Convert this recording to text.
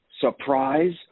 Surprise